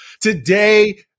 Today